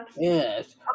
Yes